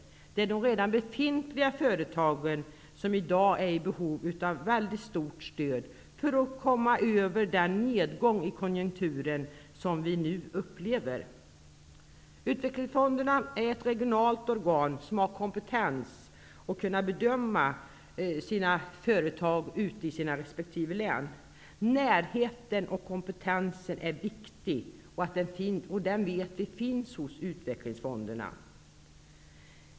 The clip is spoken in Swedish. Det är de redan befintliga företagen som i dag är i behov av mycket stort stöd för att komma över den nedgång i konjunkturen som vi nu upplever. Utvecklingsfonderna är ett regionalt organ som har kompetens att bedöma företagen ute i sina resp. län. Närheten och kompetensen är viktig, och vi vet att den finns hos utvecklingsfonderna.